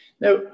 Now